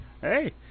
Hey